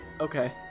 Okay